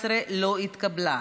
17 לא התקבלה.